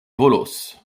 volos